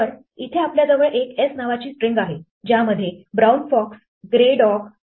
तरइथे आपल्याजवळ एक s नावाची स्ट्रिंग आहे ज्यामध्ये " brown fox grey dog brown fox